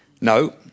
No